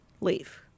leave